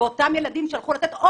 אותם ילדים שהלכו לתת תרומה למדינה,